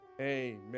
amen